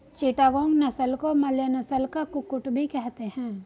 चिटागोंग नस्ल को मलय नस्ल का कुक्कुट भी कहते हैं